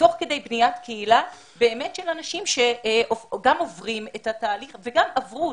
תוך כדי בניית קהילה באמת של אנשים שגם עוברים את התהליך וגם עברו.